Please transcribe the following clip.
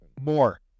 More